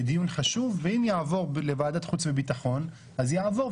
אם יעבור לוועדת חוץ וביטחון, אז יעבור.